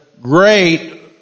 great